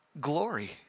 glory